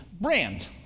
brand